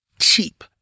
cheap